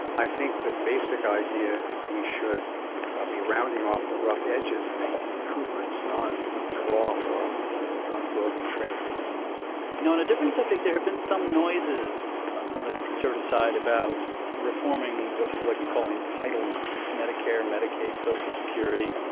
i think the basic idea is we should ah be rounding off the rough edges and making improvements, not withdraw from global trade now on a different subject there have been some noises ah from the conservative side about reforming what people like to call entitlements medicare, medicaid, social security.